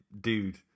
dude